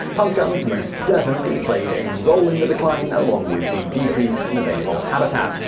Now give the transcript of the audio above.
punt guns most certainly played a role in the decline along with the decrease in available habitat.